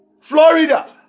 Florida